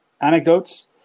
anecdotes